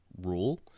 rule